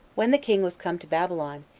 when the king was come to babylon,